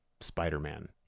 spider-man